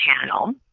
channel